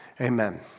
amen